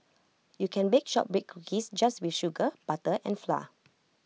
you can bake Shortbread Cookies just with sugar butter and flour